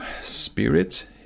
spirit